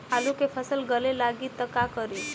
आलू के फ़सल गले लागी त का करी?